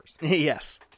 Yes